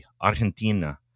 Argentina